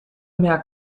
mehr